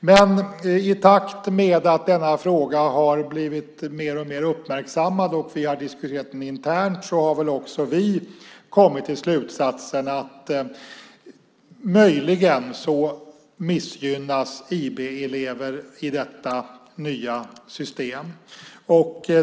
Men i takt med att denna fråga har blivit mer och mer uppmärksammad och vi har diskuterat den internt har väl också vi kommit till slutsatsen att IB-elever möjligen missgynnas i detta nya system.